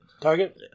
Target